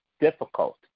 difficult